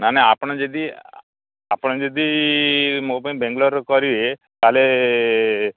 ନାଇଁ ନାଇଁ ଆପଣ ଯଦି ଆପଣ ଯଦି ମୋ ପାଇଁ ବାଙ୍ଗଲୋରରେ କରିବେ ତାହେଲେ